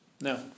No